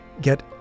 get